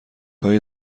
هایی